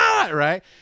right